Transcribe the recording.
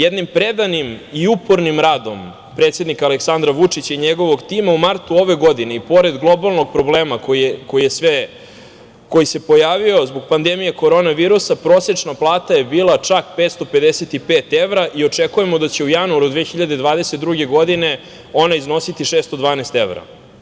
Jednim predanim i upornim radom predsednika Aleksandra Vučića i njegovog tima u martu ove godine, i pored globalnog problema koji se pojavio zbog pandemije korona virusa, prosečna plata je bila čak 555 evra i očekujemo da će u januaru 2022. godine ona iznositi 612 evra.